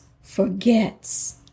forgets